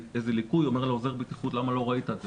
איזה ליקוי הוא אומר לעוזר הבטיחות: למה לא ראית את זה?